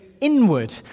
inward